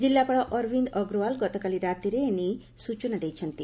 କିଲ୍ଲାପାଳ ଅରବିନ୍ଦ ଅଗ୍ରଏ୍ୱାଲ ଗତକାଲି ରାତିରେ ଏନେଇ ସୂଚନା ଦେଇଛନ୍ତି